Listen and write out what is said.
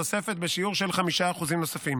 תוספת בשיעור של 5% נוספים.